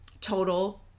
total